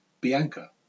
Bianca